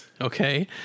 okay